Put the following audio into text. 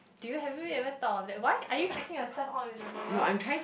do you have you ever thought of that why are you checking yourself out in the mirror